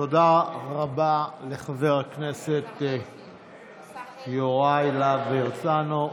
תודה רבה לחבר הכנסת יוראי להב הרצנו.